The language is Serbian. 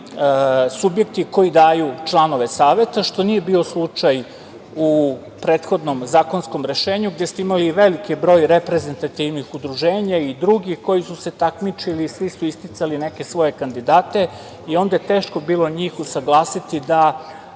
subjekti koji daju članove Saveta, što nije bio slučaj u prethodnom zakonskom rešenju, gde ste imali veliki broj reprezentativnih udruženja i drugih koji su se takmičili, svi su isticali neke svoje kandidate i onda je teško bilo njih usaglasiti da